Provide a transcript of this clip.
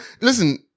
listen